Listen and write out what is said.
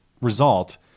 result